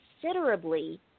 considerably